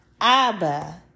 Abba